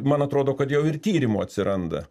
man atrodo kad jau ir tyrimų atsiranda